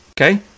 okay